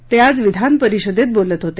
ते आज विधान परिषदेत बोलत होते